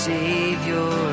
Savior